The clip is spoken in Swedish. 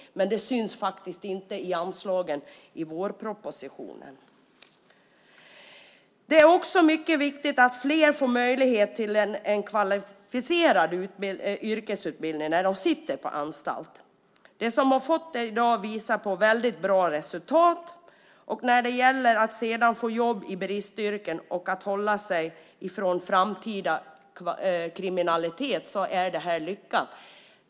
Men det syns inte i anslagen i vårpropositionen. Det är också mycket viktigt att fler får möjlighet till en kvalificerad yrkesutbildning när de sitter på anstalt. De som har fått det i dag visar väldigt bra resultat. När det gäller att sedan få jobb i bristyrken och hålla sig från framtida kriminalitet är detta lyckat.